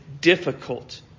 difficult